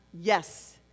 Yes